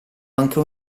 anche